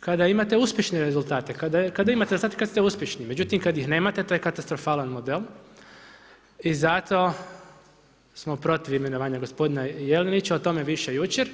kada imate uspješne rezultate, kada imate, znate kada ste uspješni, međutim, kada nemate, to je katastrofalan model i zato smo protiv imenovanja gospodina Jelinića, o tome više jučer.